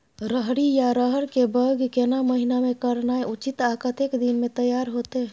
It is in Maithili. रहरि या रहर के बौग केना महीना में करनाई उचित आ कतेक दिन में तैयार होतय?